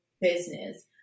business